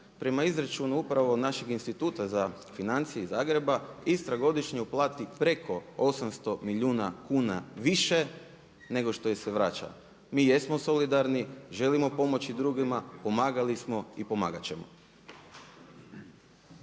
prema izračunu upravo našeg instituta za financije iz Zagreba Istra godišnje uplati preko 800 milijuna kuna više nego što joj se vraća. Mi jesmo solidarni, želimo pomoći drugima, pomagali smo i pomagati ćemo.